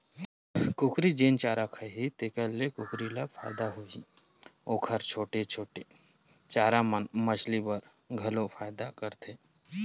कुकरी जेन चारा खाही तेखर ले कुकरी ल फायदा होही, ओखर छोड़े छाड़े चारा मन मछरी बर घलो फायदा करथे